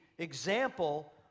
example